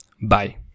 bye